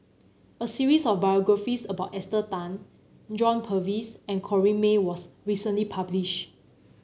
a series of biographies about Esther Tan John Purvis and Corrinne May was recently published